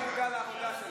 לפיד לא מודע לעבודה שלה,